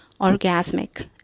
orgasmic